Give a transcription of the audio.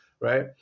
right